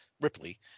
ripley